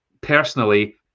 personally